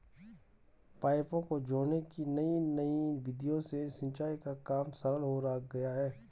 पाइपों को जोड़ने की नयी नयी विधियों से सिंचाई का काम सरल हो गया है